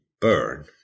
burn